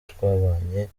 twabanye